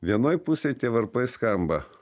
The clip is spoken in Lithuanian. vienoj pusėj tie varpai skamba